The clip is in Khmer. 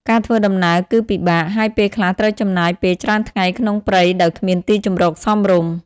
ការធ្វើដំណើរគឺពិបាក ហើយពេលខ្លះត្រូវចំណាយពេលច្រើនថ្ងៃក្នុងព្រៃដោយគ្មានទីជម្រកសមរម្យ។